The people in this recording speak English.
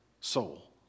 soul